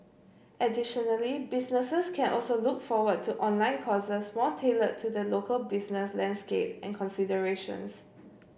additionally businesses can also look forward to online courses more tailored to the local business landscape and considerations